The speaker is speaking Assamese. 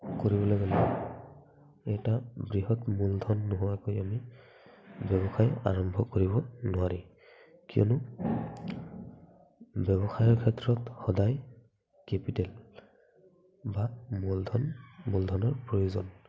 কৰিবলৈ হ'লে এটা বৃহৎ মূলধন নোহোৱাকৈ আমি ব্যৱসায় আৰম্ভ কৰিব নোৱাৰি কিয়নো ব্যৱসায়ৰ ক্ষেত্ৰত সদায় কেপিটেল বা মূলধন মূলধনৰ প্ৰয়োজন